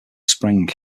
spring